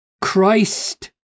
Christ